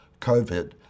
COVID